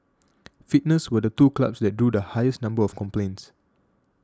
fitness were the two clubs that drew the highest number of complaints